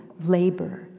labor